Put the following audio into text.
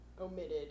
omitted